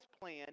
plan